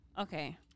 Okay